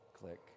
Click